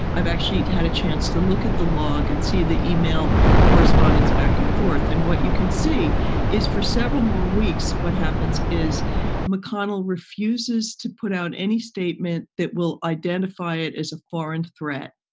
i've actually had a chance to look at the log and see the email correspondence back and forth. and what you can see is for several more weeks, what happens is mcconnell refuses to put out any statement that will identify it as a foreign threat.